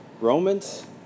Romans